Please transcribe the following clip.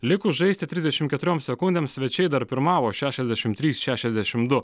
likus žaisti trisdešim keturiom sekundėm svečiai dar pirmavo šešiasdešim trys šešiasdešim du